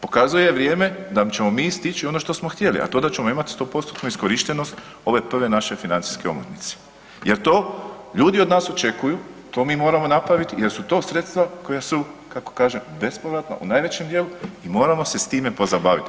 Pokazuje vrijeme da ćemo mi stići ono što smo htjeli, a to da ćemo imati 100%-tnu iskorištenost ove prve naše financijske omotnice jel to ljudi od nas očekuju, to mi moramo napraviti jer su to sredstva koja su kako kaže bespovratna u najvećem dijelu i moramo se s time pozabaviti.